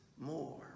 more